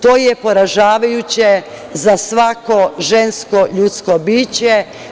To je poražavajuće za svako žensko ljudsko biće.